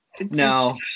no